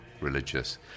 religious